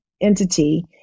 entity